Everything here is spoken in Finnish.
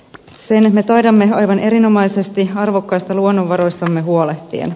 sen me taidamme aivan erinomaisesti arvokkaista luonnonvaroistamme huolehtien